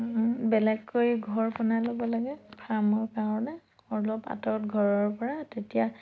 বেলেগকৈ ঘৰ বনাই ল'ব লাগে ফাৰ্মৰ কাৰণে অলপ আঁতৰত ঘৰৰপৰা তেতিয়া